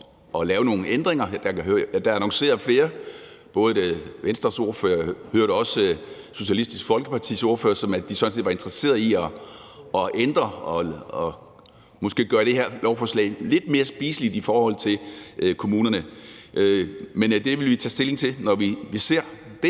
Folkepartis ordfører sige, at de sådan set var interesserede i at ændre og måske gøre det her lovforslag lidt mere spiseligt i forhold til kommunerne. Men det vil vi tage stilling til, når vi ser det.